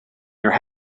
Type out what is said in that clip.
your